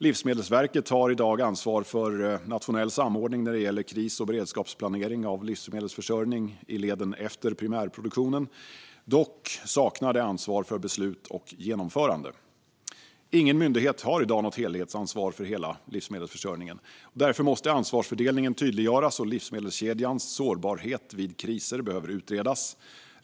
Livsmedelsverket har i dag ansvar för nationell samordning när det gäller kris och beredskapsplanering av livsmedelsförsörjning i leden efter primärproduktionen. Dock saknar det ansvar för beslut och genomförande. Ingen myndighet har i dag något helhetsansvar för hela livsmedelsförsörjningen. Därför måste ansvarsfördelningen tydliggöras, och livsmedelskedjans sårbarhet vid kriser behöver utredas.